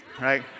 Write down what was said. right